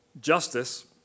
justice